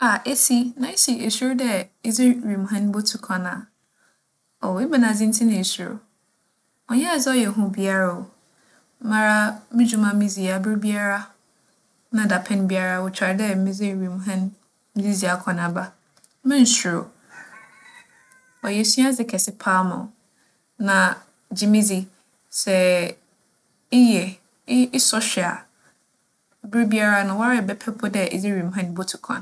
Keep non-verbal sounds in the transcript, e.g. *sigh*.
Ah! Esi, na ese isuro dɛ edze wimuhɛn botu kwan a? Aw, ebɛnadze ntsi na isuro? ͻnnyɛ adze a ͻyɛ hu biara oo. Mara, mo dwuma a midzi yi, aberbiara na dapɛn biara, otwar dɛ medze wimuhɛn medze dzi akͻnaba. Mennsuro, *noise* ͻyɛ esuadze kɛse paa ma wo. Na gye me dzi, sɛ eyɛ e - esͻ hwɛ a, berbiara no, woara ebɛpɛ mpo dɛ edze wimuhɛn botu kwan.